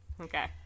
Okay